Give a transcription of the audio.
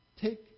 Take